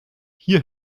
hier